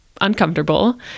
uncomfortable